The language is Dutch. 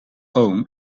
oom